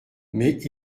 mais